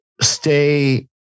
stay